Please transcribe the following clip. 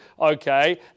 okay